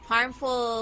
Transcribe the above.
Harmful